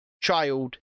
child